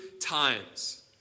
times